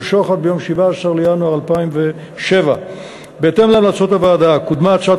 שוחט ביום 17 בינואר 2007. בהתאם להמלצות הוועדה קודמה הצעת